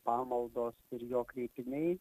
pamaldos ir jo kreipiniai